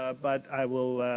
ah but i will,